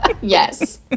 Yes